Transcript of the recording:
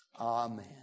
Amen